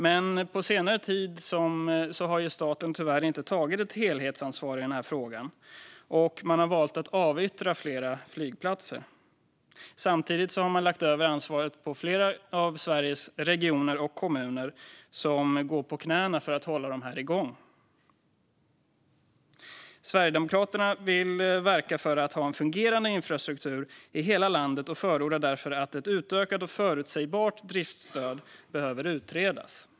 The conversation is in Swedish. Men på senare tid har staten tyvärr inte tagit ett helhetsansvar i denna fråga, och man har valt att avyttra flera flygplatser. Samtidigt har man lagt över ansvaret på flera av Sveriges regioner och kommuner som går på knäna för att hålla dem igång. Sverigedemokraterna vill verka för att vi har en fungerande infrastruktur i hela landet och förordar därför att ett utökat och förutsägbart driftsstöd utreds.